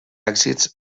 èxits